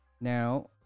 Now